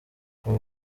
aba